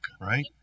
right